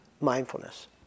mindfulness